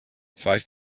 five